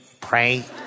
pray